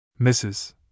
Mrs